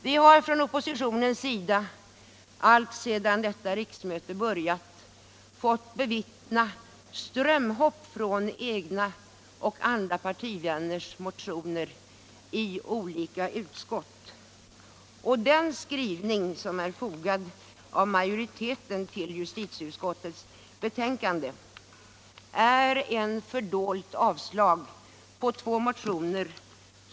Vi från oppositionen har, alltsedan detta riksmöte började, fått bevittna strömhopp av egna partivänners och andras motioner i olika utskott. Den skrivning som av majoriteten är fogad till justitieutskottets betänkande innebär ett lördolt avslag på två motioner.